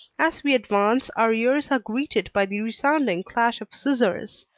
as we advance, our ears are greeted by the resounding clash of scissors.